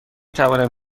توانم